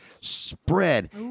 spread